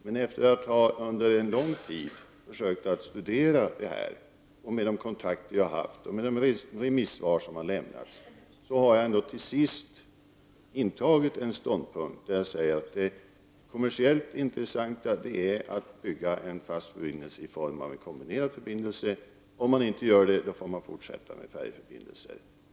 Men efter att under en lång tid ha försökt att studera detta, med hjälp av de kontakter som jag har och de remissvar som lämnats, har jag till sist intagit ståndpunkten att det är kommersiellt intressant att bygga en fast förbindelse i form av en kombinerad sådan. Om man inte gör det, får man fortsätta med färjeförbindelser.